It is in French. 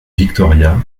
victoria